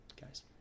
guys